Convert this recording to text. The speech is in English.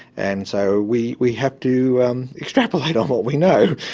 and so we we have to um extrapolate on what we know,